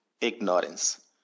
ignorance